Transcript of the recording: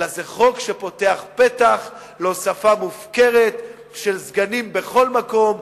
אלא זה חוק שפותח פתח להוספה מופקרת של סגנים בכל מקום,